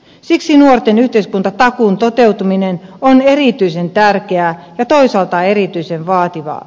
siksi nuorten yhteiskuntatakuun toteutuminen on erityisen tärkeää ja toisaalta erityisen vaativaa